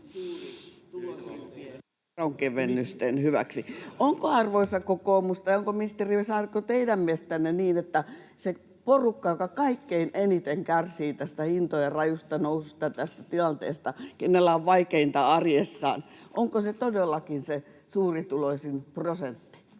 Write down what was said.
onko, ministeri Saarikko, teidän mielestänne niin, että se porukka, joka kaikkein eniten kärsii tästä hintojen rajusta noususta ja tästä tilanteesta ja jolla on vaikeinta arjessaan, on todellakin se suurituloisin prosentti?